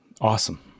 awesome